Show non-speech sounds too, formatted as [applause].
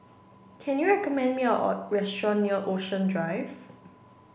can you recommend me a [unintelligible] restaurant near Ocean Drive